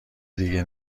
دیگه